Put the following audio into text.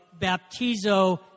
baptizo